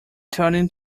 turning